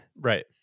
Right